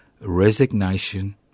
resignation